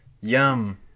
Yum